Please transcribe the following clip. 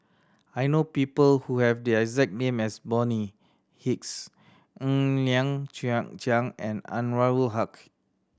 I know people who have the exact name as Bonny Hicks Ng Liang Chiang and Anwarul Haque